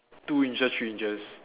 two inches three inches